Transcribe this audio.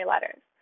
letters